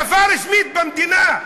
שפה רשמית במדינה.